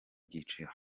ibyiciro